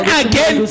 again